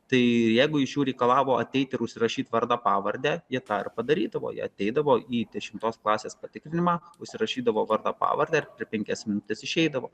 tai ir jeigu iš jų reikalavo ateiti ir užsirašyti vardą pavardę ji tarpą darydavo ji ateidavo į dešimtos klasės patikrinimą užsirašydavo vardą pavardę ir per penkias minutes išeidavo